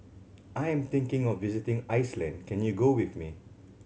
I am thinking of visiting Iceland can you go with me